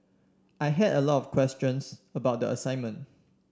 I had a lot of questions about the assignment